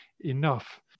enough